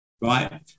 right